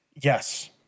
Yes